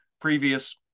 previous